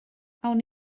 awn